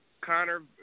Connor